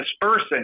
dispersing